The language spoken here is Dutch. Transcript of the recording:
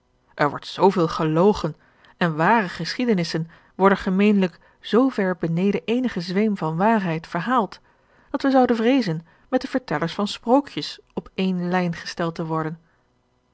er wordt zooveel gelogen en ware geschiedenissen worden gemeenlijk zoover beneden eenigen zweem van waarheid verhaald dat wij zouden vreezen met de vertellers van sprookjes op eene lijn gesteld te worden